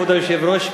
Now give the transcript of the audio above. כבוד היושב-ראש,